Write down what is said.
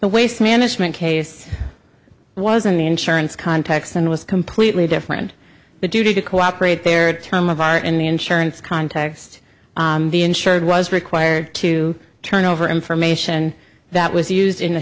waste management case was in the insurance context and was completely different but due to cooperate there a term of art in the insurance context the insured was required to turn over information that was used in a